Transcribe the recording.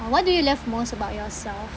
uh what do you love most about yourself